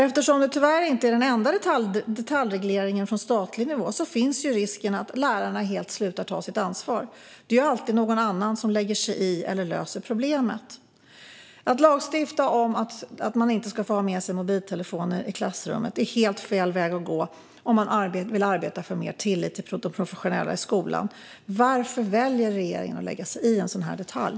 Eftersom det tyvärr inte är den enda detaljregleringen på statlig nivå finns risken att lärarna helt slutar ta sitt ansvar - det är ju alltid någon annan som lägger sig i eller löser problemet. Att lagstifta om att eleverna inte ska få ha med sig mobiltelefoner i klassrummet är helt fel väg att gå om man vill arbeta för mer tillit till de professionella i skolan. Varför väljer regeringen att lägga sig i en sådan detalj?